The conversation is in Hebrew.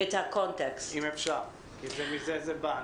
אם אפשר, כי מזה זה בא.